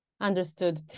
Understood